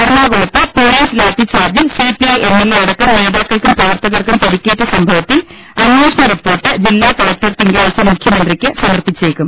എറണാകുളത്ത് പൊലീസ് ലാത്തിചാർജിൽ CPI M L A അടക്കം നേതാക്കൾക്കും പ്രവർത്തകർക്കും പരിക്കേറ്റ സംഭവത്തിൽ അന്വേഷണ റിപ്പോർട്ട് ജില്ലാ കലക്ടർ തിങ്കളാഴ്ച മുഖ്യമന്ത്രിക്ക് സമർപ്പിച്ചേക്കും